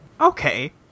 Okay